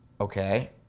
okay